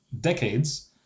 decades